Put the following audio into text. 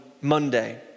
Monday